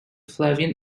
flavian